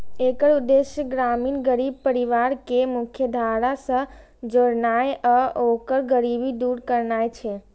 एकर उद्देश्य ग्रामीण गरीब परिवार कें मुख्यधारा सं जोड़नाय आ ओकर गरीबी दूर करनाय छै